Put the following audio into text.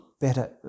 better